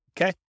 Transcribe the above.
Okay